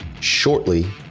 shortly